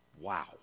wow